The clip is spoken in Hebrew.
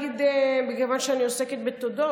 כיוון שאני עוסקת בתודות,